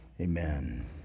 amen